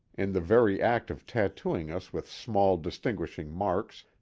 in the very act of tattooing us with small distinguishing marks,